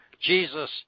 Jesus